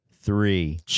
three